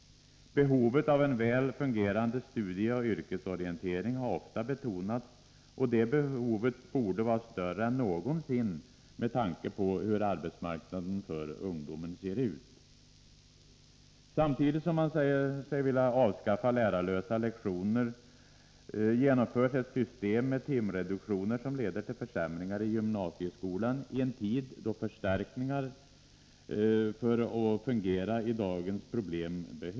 Behovet av en väl fungerande studieoch yrkesorientering har ofta betonats. Det behovet borde vara större än någonsin med tanke på hur arbetsmarknaden för ungdomen ser ut. Samtidigt som man säger sig vill jag avskaffa lärarlösa lektioner genomförs ett system med timreduktioner, som leder till försämringar i gymansieskolan i en tid då den behöver förstärkningar för att fungera och klara dagens problem.